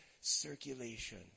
circulation